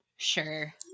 Sure